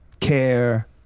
care